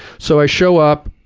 so i show up.